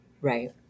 Right